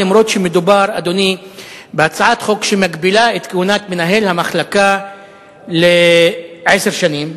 אף-על-פי שמדובר בהצעת חוק שמגבילה את כהונת מנהל המחלקה לעשר שנים.